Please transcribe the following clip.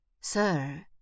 Sir